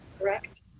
correct